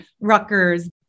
Rutgers